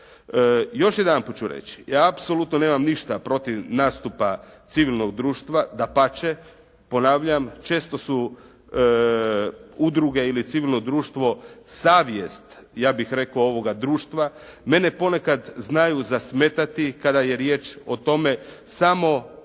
Još jedanput ću reći, ja apsolutno nemam ništa protiv nastupa civilnog društva, dapače ponavljam, često su udruge ili civilno društvo ja bih rekao savjest ovoga društva. Mene ponekad znaju zasmetati kada je riječ o tome, samo